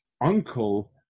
uncle